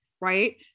right